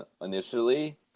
initially